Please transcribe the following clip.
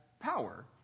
power